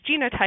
genotype